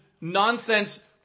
nonsense